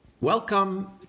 Welcome